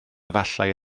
efallai